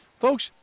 folks